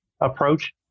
approach